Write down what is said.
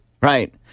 Right